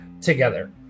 together